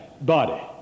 body